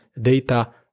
data